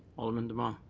alderman demong.